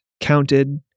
counted